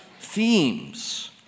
themes